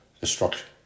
Destruction